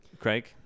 Craig